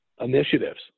initiatives